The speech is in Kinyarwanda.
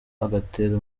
agatera